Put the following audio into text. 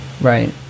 Right